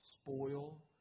spoil